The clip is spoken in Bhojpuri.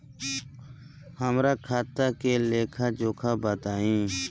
हमरा खाता के लेखा जोखा बताई?